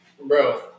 bro